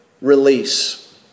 release